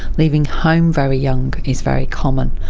leaving home very young is very common,